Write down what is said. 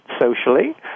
socially